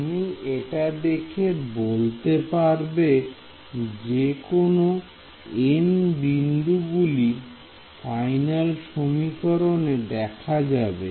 তুমি এটা দেখে বলতে পারবে যে কোন n বিন্দুগুলি ফাইনাল সমীকরণ এ দেখা যাবে